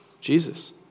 Jesus